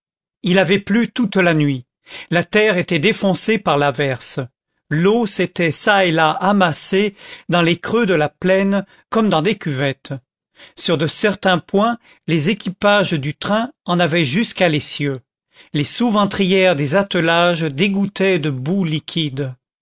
il avait plu toute la nuit la terre était défoncée par l'averse l'eau s'était çà et là amassée dans les creux de la plaine comme dans des cuvettes sur de certains points les équipages du train en avaient jusqu'à l'essieu les sous ventrières des attelages dégouttaient de boue